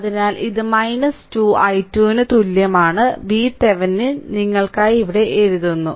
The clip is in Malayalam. അതിനാൽ ഇത് 2 i2 തുല്യമാണ് VThevenin അവർ നിങ്ങൾക്കായി ഇവിടെ എഴുതുന്നു